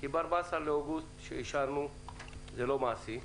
כי ב-14 באוגוסט שאישרנו זה לא מעשי.